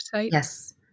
Yes